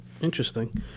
Interesting